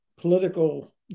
political